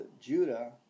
Judah